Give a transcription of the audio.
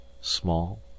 small